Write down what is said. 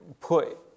put